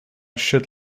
should